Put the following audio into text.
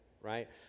right